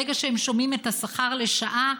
ברגע שהם שומעים את השכר לשעה,